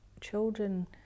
children